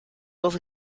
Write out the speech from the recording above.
dos